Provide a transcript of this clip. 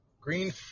green